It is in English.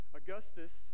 augustus